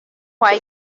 why